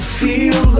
feel